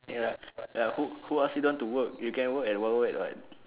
ya ya who who ask you don't want to work you can work at wild wild wet [what]